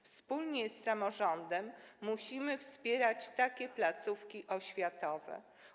Wspólnie z samorządem musimy wspierać takie placówki oświatowe.